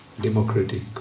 democratic